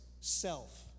Self